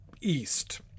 east